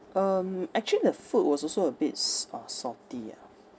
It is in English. um actually the food was also a bit s~ uh salty ah